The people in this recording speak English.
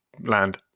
land